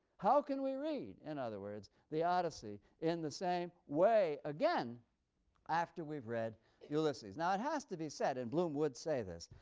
how can we read, in other words, the odyssey in the same way again after we've read ulysses? now it has to be said, and bloom would say this,